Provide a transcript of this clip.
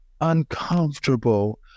uncomfortable